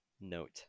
note